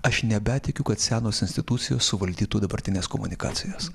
aš nebetikiu kad senos institucijos suvaldytų dabartines komunikacijas